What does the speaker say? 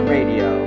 Radio